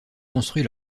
construit